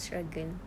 struggle